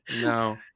no